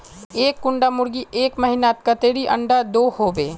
एक कुंडा मुर्गी एक महीनात कतेरी अंडा दो होबे?